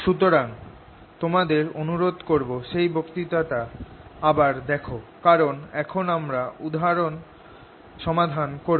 সুতরাং তোমাদের অনুরোধ করব সেই বক্তৃতাটা আবার দেখ কারণ এখন আমরা উদাহরণ সমাধান করব